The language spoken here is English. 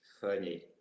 funny